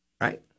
right